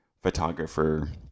photographer